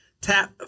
tap